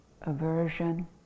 aversion